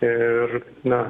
ir na